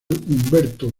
humberto